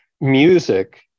music